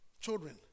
Children